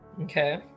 Okay